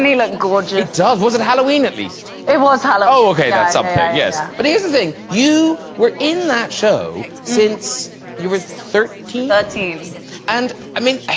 like gorgeous job. was it halloween? at least it was hollow okay, that's something yes but here's the thing you were in that show since you were thirteen thirteen and i mean